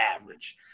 average